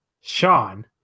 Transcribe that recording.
Sean